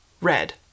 red